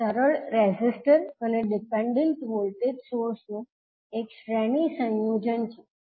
આ સરળ રેઝિસ્ટર અને ડિપેન્ડન્ટ વોલ્ટેજ સોર્સ નું એક શ્રેણી સંયોજન છે